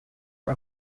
are